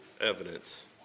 evidence